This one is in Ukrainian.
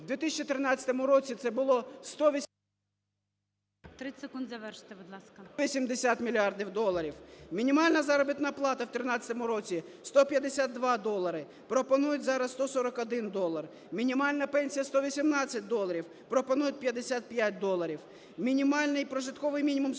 О.В. …мільярдів доларів. Мінімальна заробітна плата в 13-му році – 152 долари, пропонують зараз 141 долар. Мінімальна пенсія – 118 доларів, пропонують - 55 доларів. Мінімальний прожитковий мінімум –